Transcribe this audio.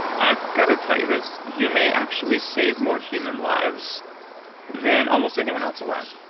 i've got to tell you this. you may actually save more human lives than almost anyone else alive,